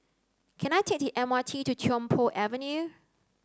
can I take the M R T to Tiong Poh Avenue